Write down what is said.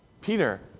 Peter